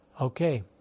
Okay